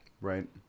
Right